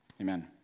Amen